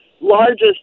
largest